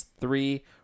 three